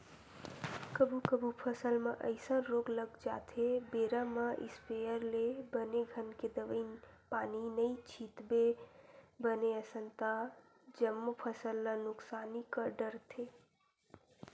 कभू कभू फसल म अइसन रोग लग जाथे बेरा म इस्पेयर ले बने घन के दवई पानी नइ छितबे बने असन ता जम्मो फसल ल नुकसानी कर डरथे